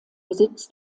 besitz